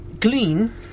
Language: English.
clean